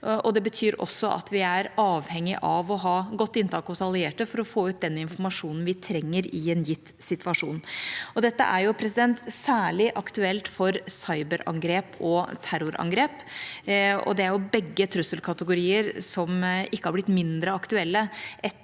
Det betyr også at vi er avhengig av å ha godt inntak hos allierte for å få ut den informasjonen vi trenger i en gitt situasjon. Dette er særlig aktuelt for cyberangrep og terrorangrep, og begge er trusselkategorier som ikke har blitt mindre aktuelle